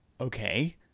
okay